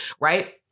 right